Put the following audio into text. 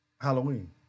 Halloween